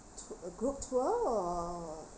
tou~ a group tour or